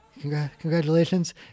Congratulations